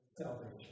salvation